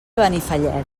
benifallet